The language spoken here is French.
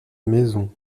maisons